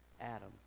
Adam